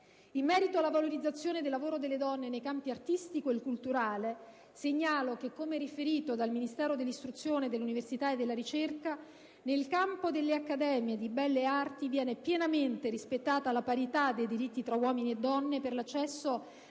In merito alla valorizzazione del lavoro delle donne nei campi artistico e culturale, segnalo che, come riferito dal Ministero dell'istruzione, dell'università e della ricerca, nel campo delle Accademie di belle arti viene pienamente rispettata la parità dei diritti tra uomini e donne per l'accesso